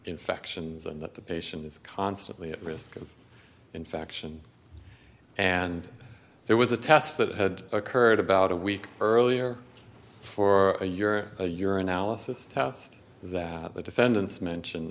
infections and that the patient is constantly at risk of infection and there was a test that had occurred about a week earlier for a your your analysis test that the defendants mentioned